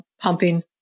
pumping